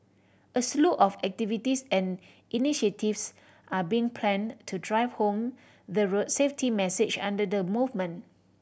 a slew of activities and initiatives are being planned to drive home the road safety message under the movement